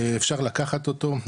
אפשר לקחת אותו,